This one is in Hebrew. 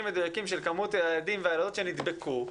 מדויקים של מספר הילדים והילדות שנדבקו,